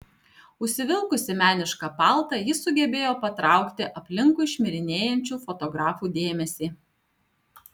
užsivilkusi menišką paltą ji sugebėjo patraukti aplinkui šmirinėjančių fotografų dėmesį